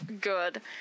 Good